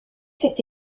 cet